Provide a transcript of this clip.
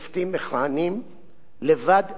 לבד מנשיא בית-המשפט העליון